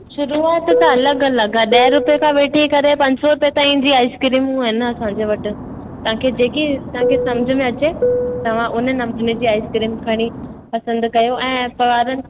शुरूआत त अलॻि अलॻि आहे ॾहें रुपये खां वठी करे पंज सौ रुपये ताईं जी आइसक्रीमूं आहिनि असांजे वटि तव्हांखे जेकी तव्हांखे समुझ में अचे तव्हां हुन नमूने जी आइसक्रीम खणी पसंदि कयो ऐं ॿारनि